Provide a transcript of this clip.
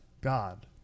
God